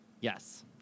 Yes